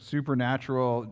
Supernatural